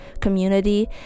community